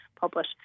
publish